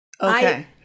okay